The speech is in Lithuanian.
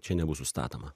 čia nebus užstatoma